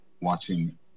watching